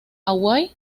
away